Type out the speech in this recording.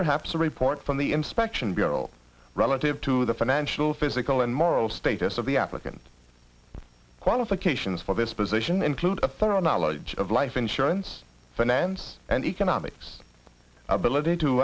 perhaps a report from the inspection bureau relative to the financial physical and moral status of the applicant qualifications for this position include a thorough knowledge of life insurance finance and economics ability to